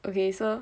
okay so